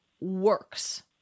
works